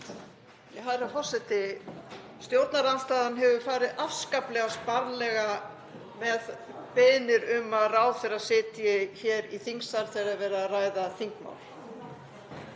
Herra forseti. Stjórnarandstaðan hefur farið afskaplega sparlega með beiðnir um að ráðherrar sitji hér í þingsal þegar verið er að ræða þingmál.